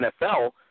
NFL